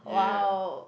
!wow!